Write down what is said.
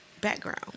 background